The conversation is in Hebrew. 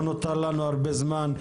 לא נותר לנו הרבה זמן.